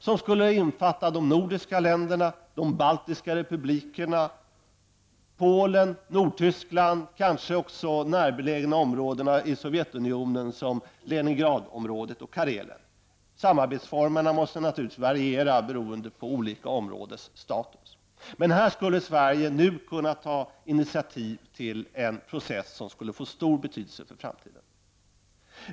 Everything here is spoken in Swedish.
Detta samarbete skall omfatta de nordiska länderna, de baltiska republikerna, Polen, Nordtyskland och kanske även närbelägna områden i Sovjetunionen som Leningradområdet och Karelen. Samarbetsformerna måste naturligtvis variera beroende på olika områdens status. Sverige skulle nu kunna ta initiativ till en process som skulle få stor betydelse för framtiden.